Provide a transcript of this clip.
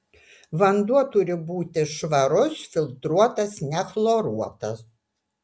vanduo turi būti švarus filtruotas nechloruotas